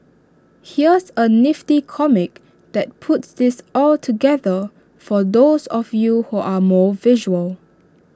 here's A nifty comic that puts this all together for those of you who are more visual